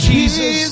Jesus